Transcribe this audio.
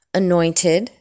anointed